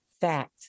fact